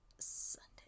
Sunday